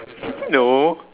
no